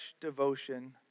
devotion